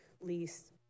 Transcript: lease